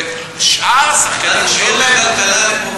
ושאר השחקנים אין להם,